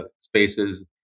spaces